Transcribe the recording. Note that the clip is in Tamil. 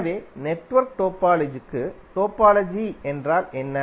எனவே நெட்வொர்க் டோபாலஜிக்கு டோபாலஜி என்றால் என்ன